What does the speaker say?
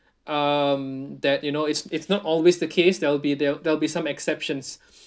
um that you know it's it's not always the case there'll be there'll there'll be some exceptions